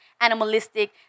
animalistic